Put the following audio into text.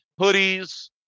hoodies